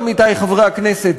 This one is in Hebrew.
עמיתי חברי הכנסת,